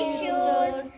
shoes